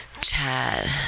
Chad